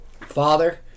Father